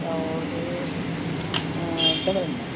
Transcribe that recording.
और डबल अंडा